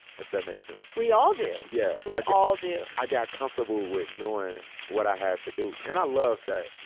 if that makes sense. we all do, yeah we like all do. yeah, i got comfortable with knowing what i had to do, and i love that.